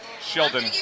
Sheldon